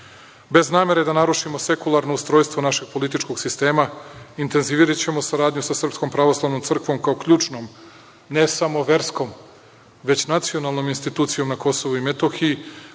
Bez namere da narušimo sekularno ustrojstvo našeg političkog sistema, intenziviraćemo saradnju sa Srpskom pravoslavnom crkvom, kao ključnom, ne samo verskom, već i nacionalnom institucijom na Kosovu i Metohiji,